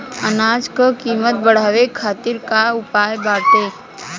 अनाज क कीमत बढ़ावे खातिर का उपाय बाटे?